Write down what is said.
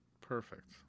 Perfect